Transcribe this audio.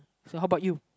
so how about you